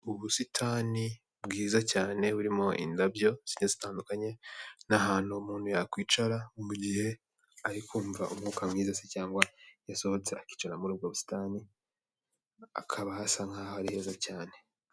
Ubusitani bwiza cyane burimo indabyo zigiye zitandukanye, n'ahantu umuntu yakwicara mu gihe ari kumva umwuka mwiza se cyangwa yasohotse akicara muri ubwo busitani, akaba hasa nkaho ari heza cyane.